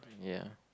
ya